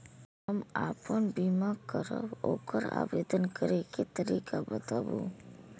हम आपन बीमा करब ओकर आवेदन करै के तरीका बताबु?